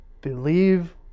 believe